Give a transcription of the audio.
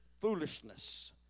foolishness